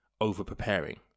over-preparing